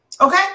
Okay